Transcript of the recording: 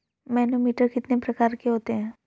Manometer कितने प्रकार के होते हैं?